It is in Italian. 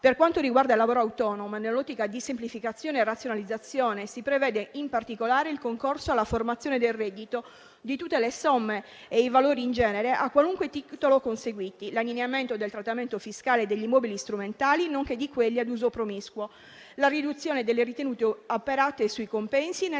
Per quanto riguarda il lavoro autonomo e nell'ottica di semplificazione e razionalizzazione, si prevede in particolare il concorso alla formazione del reddito di tutte le somme e i valori in genere a qualunque titolo conseguiti, l'allineamento del trattamento fiscale degli immobili strumentali nonché di quelli ad uso promiscuo, la riduzione delle ritenute operate sui compensi nel